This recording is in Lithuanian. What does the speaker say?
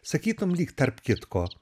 sakytum lyg tarp kitko